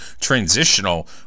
transitional